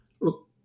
look